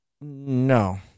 No